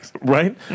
right